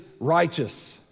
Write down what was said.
Righteous